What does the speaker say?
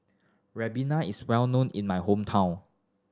Ribena is well known in my hometown